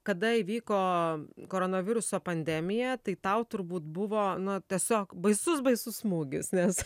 kada įvyko koronaviruso pandemija tai tau turbūt buvo na tiesiog baisus baisus smūgis nes